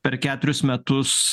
per keturis metus